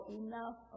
enough